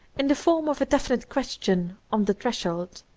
in the form of a definite question, on the threshold.